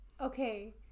Okay